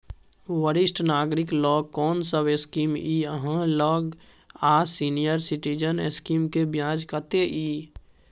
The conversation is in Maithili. वरिष्ठ नागरिक ल कोन सब स्कीम इ आहाँ लग आ सीनियर सिटीजन स्कीम के ब्याज कत्ते इ?